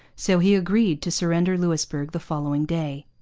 so he agreed to surrender louisbourg the following day.